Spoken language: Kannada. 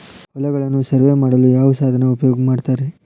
ಹೊಲಗಳನ್ನು ಸರ್ವೇ ಮಾಡಲು ಯಾವ ಸಾಧನ ಉಪಯೋಗ ಮಾಡ್ತಾರ ರಿ?